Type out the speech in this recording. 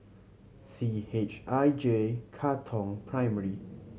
C H I J Katong Primary